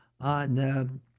on